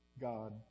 God